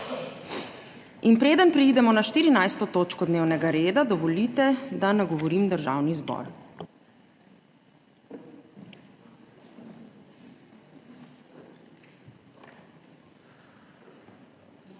Preden preidemo na 14. točko dnevnega reda, dovolite, da nagovorim Državni zbor.